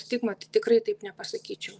stigma tai tikrai taip nepasakyčiau